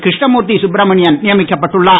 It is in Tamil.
கிருஷ்ணமூர்த்தி சுப்ரமணியன் நியமிக்கப்பட்டுள்ளார்